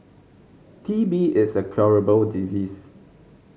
T B is a curable disease